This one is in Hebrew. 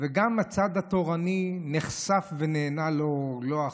וגם הצד התורני נחשף ונהנה לא אחת,